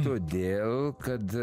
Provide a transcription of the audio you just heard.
todėl kad